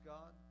God